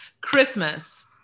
Christmas